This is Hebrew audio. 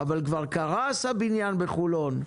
אבל כבר קרס הבניין בחולון.